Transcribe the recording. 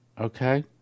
okay